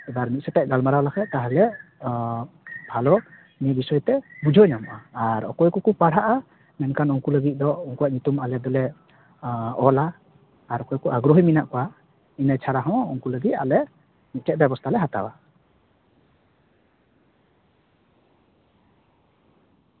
ᱮᱵᱟᱨ ᱢᱤᱫ ᱥᱟᱛᱮᱫ ᱜᱟᱞᱢᱟᱨᱟᱣ ᱞᱮᱠᱷᱟᱱ ᱛᱟᱦᱞᱮ ᱵᱷᱟᱞᱚ ᱱᱤᱭᱟᱹ ᱵᱤᱥᱚᱭ ᱛᱮ ᱵᱩᱡᱷᱟᱹᱣ ᱧᱟᱢᱚᱜᱼᱟ ᱟᱨ ᱚᱠᱚᱭ ᱠᱚᱠᱚ ᱯᱟᱲᱦᱟᱜᱼᱟ ᱢᱮᱱᱠᱷᱟᱱ ᱩᱱᱠᱩ ᱞᱟᱹᱜᱤᱫ ᱫᱚ ᱩᱱᱠᱩᱣᱟᱜ ᱧᱩᱛᱩᱢ ᱟᱞᱮ ᱫᱚᱞᱮ ᱚᱞᱟ ᱟᱨ ᱚᱠᱚᱭ ᱠᱚ ᱟᱜᱽᱨᱚᱦᱤ ᱢᱮᱱᱟᱜ ᱠᱚᱣᱟ ᱤᱱᱟᱹ ᱪᱷᱟᱲᱟ ᱦᱚᱸ ᱩᱱᱠᱩ ᱞᱟᱹᱜᱤᱫ ᱟᱞᱮ ᱢᱤᱫᱴᱮᱱ ᱵᱮᱵᱚᱥᱛᱟ ᱞᱮ ᱦᱟᱛᱟᱣᱟ